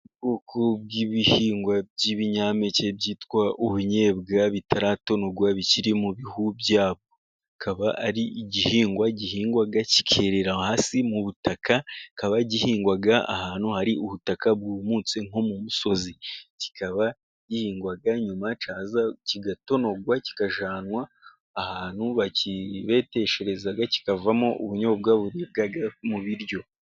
Ubwoko bw'ibihingwa by'ibinyampeke byitwa ubunyobwa, bitaratonorwa bikiri mu bihu byabwo, bukaba ari igihingwa gihingwa kikerera hasi mu butaka, kikaba gihingwa ahantu hari ubutaka bwumutse nko mu musozi, kikaba gihingwa nyuma cyaza kigatonorwa, kigajyanwa ahantu bakibeteshereza, kikavamo ubunyobwa buribwa mu biryo.